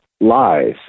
lies